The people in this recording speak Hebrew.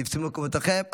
תפסו מקומותיכם.